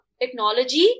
technology